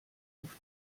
auf